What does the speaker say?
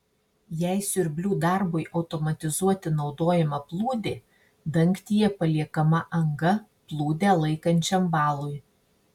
jei siurblių darbui automatizuoti naudojama plūdė dangtyje paliekama anga plūdę laikančiam valui